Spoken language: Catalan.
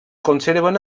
conserven